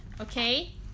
Okay